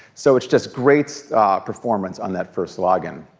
so, it's just great performance on that first login.